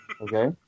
Okay